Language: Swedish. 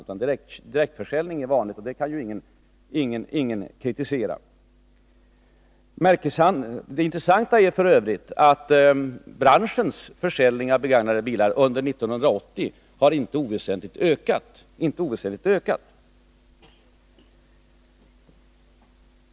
Men att direkthandel är vanlig kan ju ingen kritisera. Det intressanta är f. ö. att branschens försäljning av begagnade bilar under 1980 inte oväsentligt har ökat.